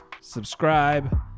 subscribe